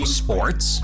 sports